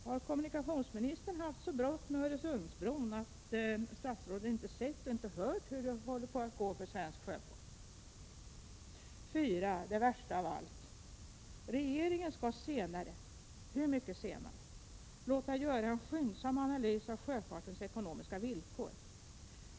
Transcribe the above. Har kommunikationsministern haft så bråttom med Öresundsbron att han inte har sett och inte har hört hur det håller på att gå för svensk sjöfart? 4. Det värsta av allt: Regeringen skall senare — hur mycket senare? — låta göra en skyndsam analys av sjöfartens ekonomiska villkor.